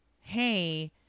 hey